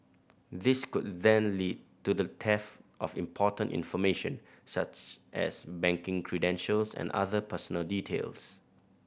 this could then lead to the theft of important information such as banking credentials and other personal details